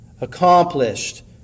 accomplished